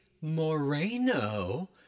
Moreno